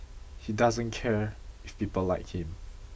he doesn't care if people like him